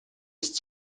ist